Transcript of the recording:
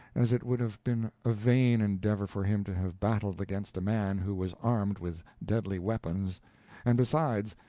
as it would have been a vain endeavor for him to have battled against a man who was armed with deadly weapons and besides,